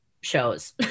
shows